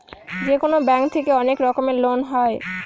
যেকোনো ব্যাঙ্ক থেকে অনেক রকমের লোন হয়